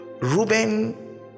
reuben